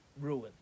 ruined